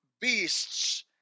beasts